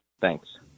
Thanks